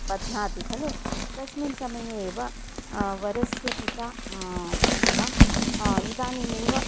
बध्नाति खलु तस्मिन् समये एव वरस्य पिता उक्तवान् इदानीमेव